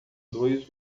dois